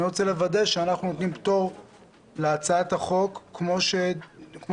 אני רוצה לוודא שאנחנו נותנים פטור להצעת החוק כמו שאושרה